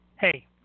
Hey